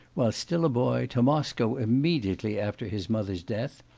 while still a boy, to moscow immediately after his mother's death,